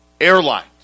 Airlines